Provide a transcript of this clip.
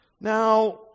Now